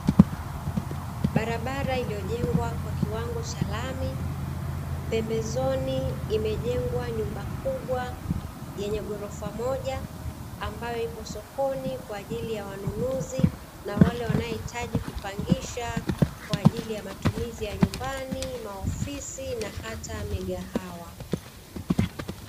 Barabara iliyojengwa kwa kiwango cha lami, pembezoni imejengwa nyumbani kubwa yenye ghorofa moja, ambao ipo sokoni kwa ajili ya wanunuzi, na wale wanaohitaji kukupangisha kwa ajili ya matumizi ya nyumbani, maofisi na hata migahawa.